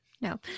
no